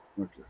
Okay